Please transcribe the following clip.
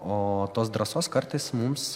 o tos drąsos kartais mums